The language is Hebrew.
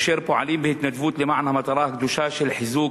אשר פועלים בהתנדבות למען המטרה הקדושה של חיזוק,